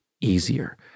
easier